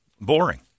boring